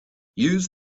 use